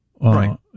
Right